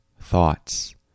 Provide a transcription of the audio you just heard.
thoughts